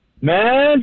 Man